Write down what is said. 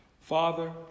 Father